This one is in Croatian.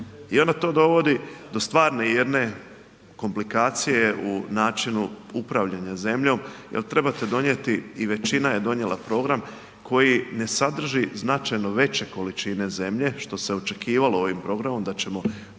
I onda to dovodi do stvarne jedne komplikacije u načinu upravljanja zemljom jel trebate donijeti i većina je donijela program koji ne sadrži značajno veće količine zemlje što se očekivalo ovim programom da ćemo